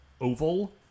oval